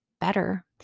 better